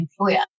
employer